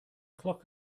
clock